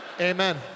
amen